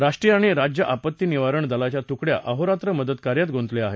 राष्ट्रीय आणि राज्य आपत्ती निवारण दलाच्या तुकडया अहोरात्र मदत कार्यात गुंतल्या आहेत